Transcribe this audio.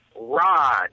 Rod